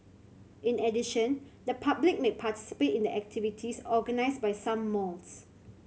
in addition the public may participate in the activities organised by some malls